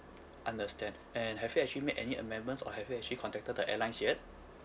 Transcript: understand and have you actually made any amendments or have you actually contacted the airlines yet